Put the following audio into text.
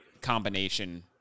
combination